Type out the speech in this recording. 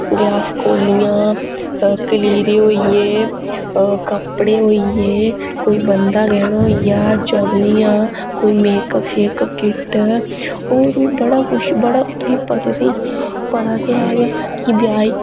गलास कौलियां कलीरें होई गे कपड़े होई गे कोई बंधा गैह्ना होई आ चप्पलियां कोई होर बड़ा किश तुसें पता तुसें ई पता